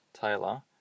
Taylor